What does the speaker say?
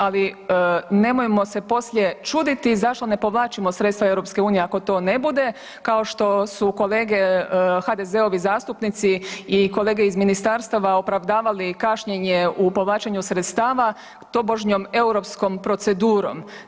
Ali nemojmo se poslije čuditi zašto ne povlačimo sredstva EU ako to ne bude kao što su kolega HDZ-ovi zastupnici i kolege iz ministarstava opravdavali kašnjenje u povlačenju sredstva tobožnjom europskom procedurom.